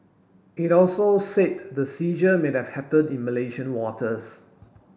it also said the seizure may have happen in Malaysian waters